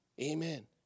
Amen